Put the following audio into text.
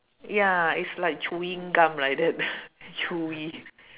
ya it's like chewing gum like that chewy